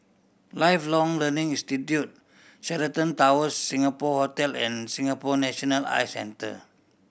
Lifelong Learning Institute Sheraton Towers Singapore Hotel and Singapore National Eye Center